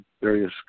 various